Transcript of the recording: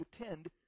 attend